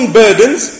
burdens